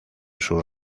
sus